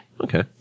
Okay